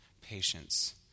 Patience